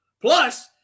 Plus